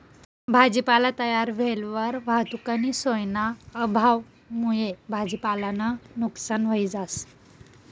भाजीपाला तयार व्हयेलवर वाहतुकनी सोयना अभावमुये भाजीपालानं नुकसान व्हयी जास